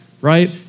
right